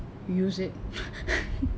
use it